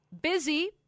busy